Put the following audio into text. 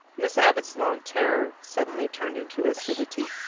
miss abbott's long terror suddenly turned into acidity.